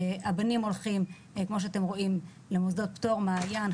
הבנים הולכים למוסדות פטור מעיין,